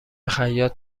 خیاط